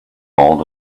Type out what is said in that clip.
hold